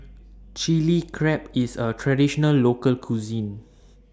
Chilli Crab IS A Traditional Local Cuisine